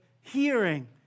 hearing